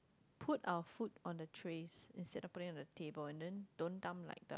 put our food on the trays instead of putting it on the table and then don't dump like